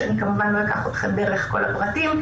וכמובן שלא אלאה אתכם בכל הפרטים,